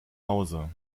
hause